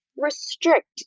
restrict